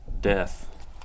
death